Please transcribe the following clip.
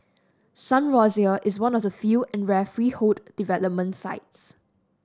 Sun Rosier is one of the few and rare freehold development sites